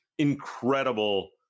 Incredible